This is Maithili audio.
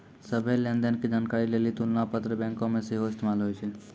सभ्भे लेन देन के जानकारी लेली तुलना पत्र बैंको मे सेहो इस्तेमाल होय छै